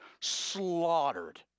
slaughtered